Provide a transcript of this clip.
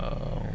err